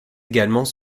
également